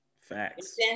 Facts